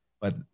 But-